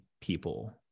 people